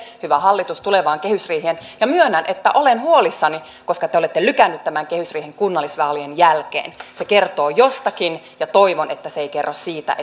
hyvä hallitus tulevaan kehysriiheen ja myönnän että olen huolissani koska te olette lykänneet tämän kehysriihen kunnallisvaalien jälkeen se kertoo jostakin ja toivon että se ei kerro siitä